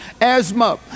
asthma